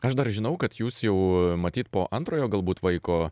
aš dar žinau kad jūs jau matyt po antrojo galbūt vaiko